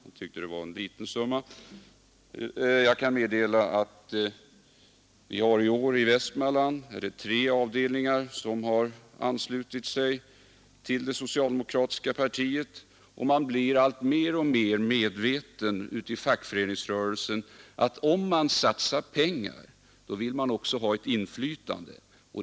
Han tyckte att det var en liten andel. Jag kan meddela, att det i Västmanland i år, är det tre fackföreningar som anslutit sig till det socialdemokratiska partiet. Det blir i fackföreningsrörelsen ett allt starkare krav, att om man satsar pengar så vill man också ha ett inflytande.